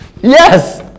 Yes